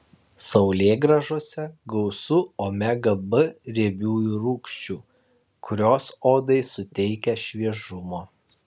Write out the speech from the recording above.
saulėgrąžose gausu omega b riebiųjų rūgščių kurios odai suteikia šviežumo